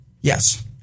yes